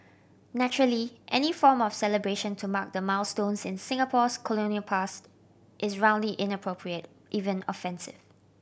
naturally any form of celebration to mark the milestones in Singapore's colonial past is roundly inappropriate even offensive